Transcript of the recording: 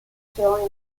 sezioni